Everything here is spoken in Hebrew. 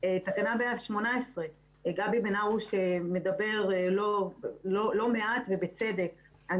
תקנה 118. גבי בן הרוש מדבר לא מעט ובצדק גם על